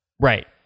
Right